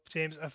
James